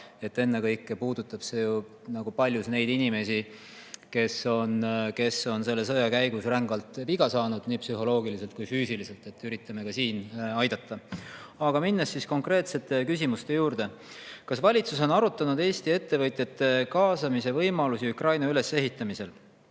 Ennekõike puudutab see ju paljus neid inimesi, kes on selle sõja käigus rängalt viga saanud, nii psühholoogiliselt kui ka füüsiliselt, nii et üritame ka [sellest aspektist] aidata. Aga [lähen] konkreetsete küsimuste juurde. "Kas valitsus on arutanud Eesti ettevõtjate kaasamise võimalusi Ukraina ülesehitamisse?"